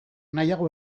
nahiago